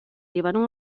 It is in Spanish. llevaron